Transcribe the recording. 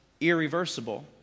irreversible